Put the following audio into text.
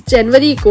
January